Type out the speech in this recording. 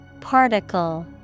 Particle